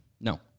No